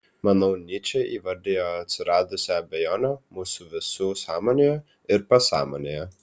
manau nyčė įvardijo atsiradusią abejonę mūsų visų sąmonėje ir pasąmonėje